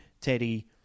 Teddy